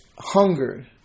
hunger